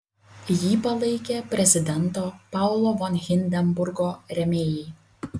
jį palaikė prezidento paulo von hindenburgo rėmėjai